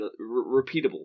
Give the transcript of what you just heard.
repeatable